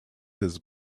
his